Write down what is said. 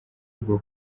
bwo